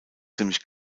ziemlich